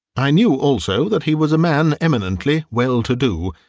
i knew also that he was a man eminently well-to-do,